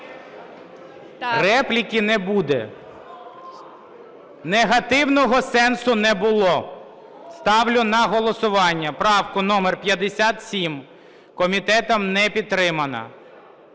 Репліки не буде, негативного сенсу не було. Ставлю на голосування правку номер 57. Комітетом не підтримана.